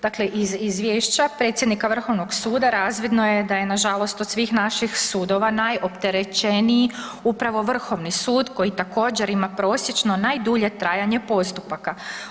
Dakle, iz izvješća predsjednika vrhovnog suda razvidno je da je da je nažalost od svih naših sudova najopterećeniji upravno vrhovni sud koji također ima prosječno najdulje trajanje postupaka.